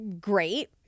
great